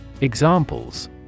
Examples